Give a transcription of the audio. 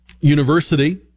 University